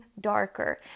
darker